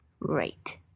Right